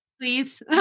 please